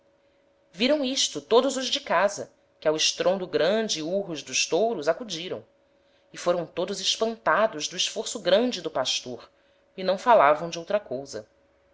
viram isto todos os de casa que ao estrondo grande e urros dos touros acudiram e foram todos espantados do esforço grande do pastor e não falavam de outra cousa